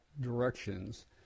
directions